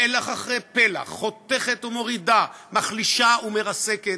פלח אחרי פלח, חותכת ומורידה, מחלישה ומרסקת,